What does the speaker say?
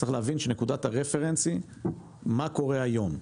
צריך להבין שנקודת הרפרנס היא מה קורה היום.